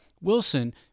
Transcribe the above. Wilson